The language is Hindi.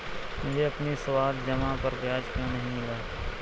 मुझे अपनी सावधि जमा पर ब्याज क्यो नहीं मिला?